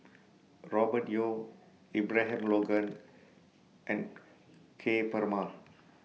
Robert Yeo Abraham Logan and Ka Perumal